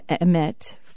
emit